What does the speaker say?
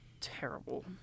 terrible